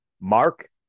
Mark